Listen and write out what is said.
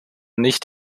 nicht